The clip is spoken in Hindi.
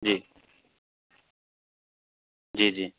जी जी जी